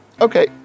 Okay